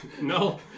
No